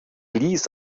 ließ